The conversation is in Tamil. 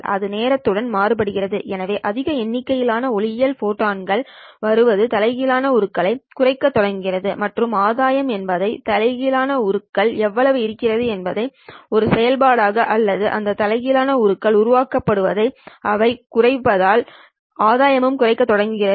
அது நேரத்துடன் மாறுபடுகிறது எனவே அதிக எண்ணிக்கையிலான ஒளியியல் ஃபோட்டான்கள் வருவது தலைகீழான உருக்களை குறைக்கத் தொடங்கும் மற்றும் ஆதாயம் என்பது தலைகீழான உருக்கள் எவ்வளவு இருக்கிறது என்பதற்கான ஒரு செயல்பாடாகும் அல்லது அந்த தலைகீழான உருக்கள் உருவாக்கப்படுவதையும் அவை குறைவதால் ஆதாயமும் குறையத் தொடங்குகிறது